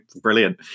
brilliant